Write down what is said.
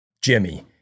Jimmy